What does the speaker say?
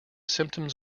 symptoms